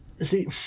See